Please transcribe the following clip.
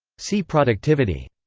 see productivity.